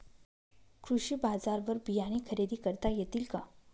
कृषी बाजारवर बियाणे खरेदी करता येतील का?